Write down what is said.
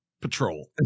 patrol